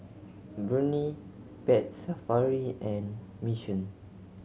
Burnie Pet Safari and Mission